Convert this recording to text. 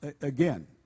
again